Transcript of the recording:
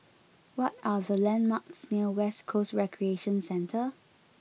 what are the landmarks near West Coast Recreation Centre